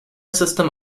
system